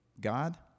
God